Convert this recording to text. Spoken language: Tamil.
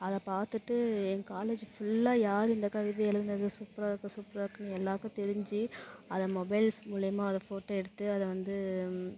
அதைப் பார்த்துட்டு எங்க காலேஜ் ஃபுல்லாக யார் இந்த கவிதை எழுதுனது சூப்பராக இருக்குது சூப்பராக இருக்குதுன்னு எல்லோருக்கும் தெரிஞ்சு அதை மொபைல் மூலிமா அதை ஃபோட்டோ எடுத்து அதை வந்து